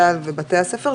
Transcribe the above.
צה"ל ובתי הספר,